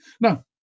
Now